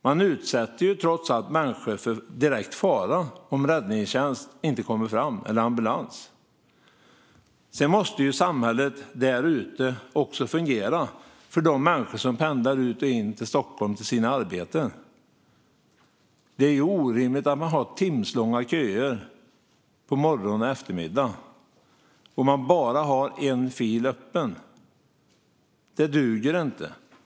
Man utsätter trots allt människor för direkt fara om räddningstjänst eller ambulans inte kommer fram. Sedan måste samhället därute också fungera för de människor som pendlar ut och in till Stockholm till sina arbeten. Det är orimligt att man har timslånga köer på morgon och eftermiddag om det bara är en fil öppen. Det duger inte.